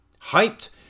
hyped